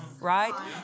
right